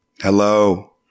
hello